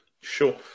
Sure